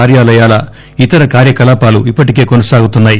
కార్యాలయాల ఇతర కార్యకలాపాలు ఇప్పటికే కొనసాగుతున్నాయి